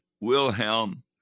Wilhelm